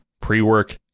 pre-work